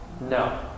No